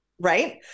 Right